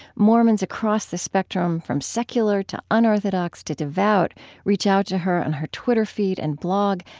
mormons across the spectrum from secular to unorthodox to devout reach out to her on her twitter feed and blog,